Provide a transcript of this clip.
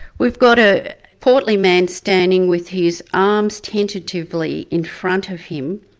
we've got a portly man standing with his arms tentatively in front of him,